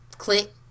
Click